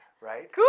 Right